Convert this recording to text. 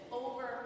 over